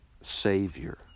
Savior